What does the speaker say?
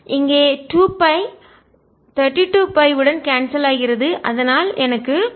இங்கே 2 π 32π உடன் கான்செல் ஆகிறது அதனால் எனக்கு 16 கிடைக்கிறது